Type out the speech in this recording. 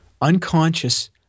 unconscious